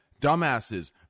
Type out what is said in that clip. dumbasses